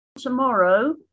Tomorrow